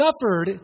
suffered